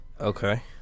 Okay